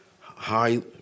high